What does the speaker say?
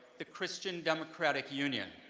the christian democratic union.